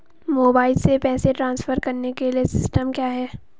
Mobile से पैसे transfer करने के लिए सिस्टम क्या है?